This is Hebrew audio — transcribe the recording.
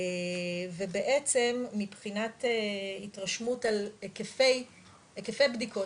ובעצם מבחינת התרשמות על היקפי הבדיקות,